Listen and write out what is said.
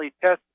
Test